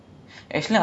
it's like !wah!